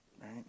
Right